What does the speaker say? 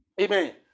Amen